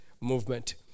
movement